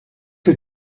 que